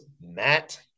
Matt